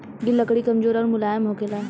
गिल लकड़ी कमजोर अउर मुलायम होखेला